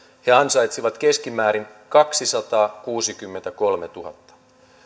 he ansaitsivat keskimäärin kaksisataakuusikymmentäkolmetuhatta